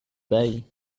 bay